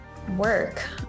work